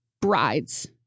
brides